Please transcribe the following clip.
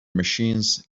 machines